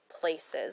places